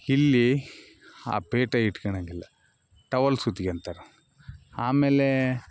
ಇಲ್ಲಿ ಆ ಪೇಟ ಇಟ್ಕಳೋಂಗಿಲ್ಲ ಟವಲ್ ಸುತ್ಕೋತರೆ ಆಮೇಲೆ